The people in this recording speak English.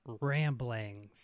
ramblings